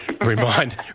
remind